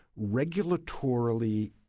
regulatorily